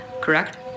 correct